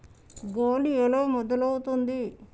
గాలి ఎలా మొదలవుతుంది?